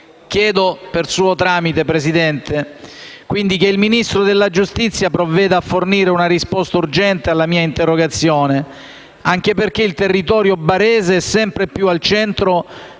Chiedo per suo tramite, signor Presidente, che il Ministro della giustizia provveda a fornire una risposta urgente alla mia interrogazione, anche perché il territorio barese è sempre più al centro di una